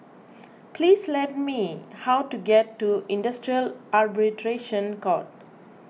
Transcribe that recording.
please tell me how to get to Industrial Arbitration Court